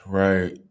right